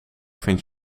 vindt